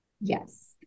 yes